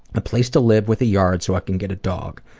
a place to live with a yard so i can get a dog.